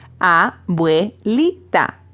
Abuelita